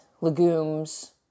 legumes